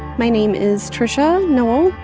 my name is tricia noel.